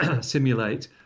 simulate